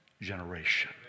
generation